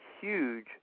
huge